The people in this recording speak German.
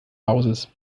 hauses